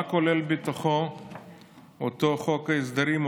מה כולל בתוכו אותו חוק הסדרים,